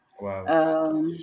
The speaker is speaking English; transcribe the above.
Wow